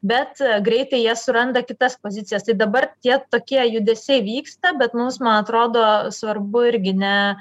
bet greitai jie suranda kitas pozicijas tai dabar tie tokie judesiai vyksta bet mums man atrodo svarbu irgi ne